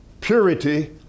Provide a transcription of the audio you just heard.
purity